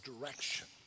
direction